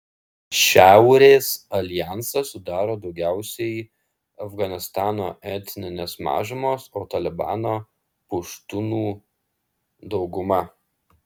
šiaurės aljansą sudaro daugiausiai afganistano etninės mažumos o talibaną puštūnų dauguma